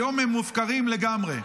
היום הם מופקרים לגמרי.